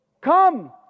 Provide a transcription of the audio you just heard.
Come